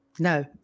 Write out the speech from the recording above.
No